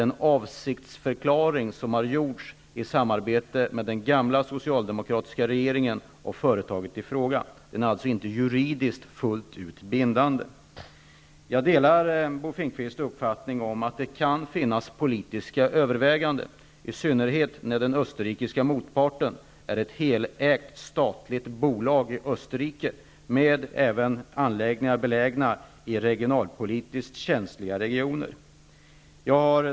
Den avsiktsförklaring som har avgetts i samarbete med den gamla socialdemokratiska regeringen och företaget i fråga är inte fullt ut juridiskt bindande. Jag delar Bo Finnkvists uppfattning att det kan vara fråga om politiska överväganden, i synnerhet som den österrikiska motparten är ett helägt statligt bolag i Österrike som även har anläggningar i regionalpolitiskt känsliga regioner.